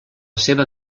seva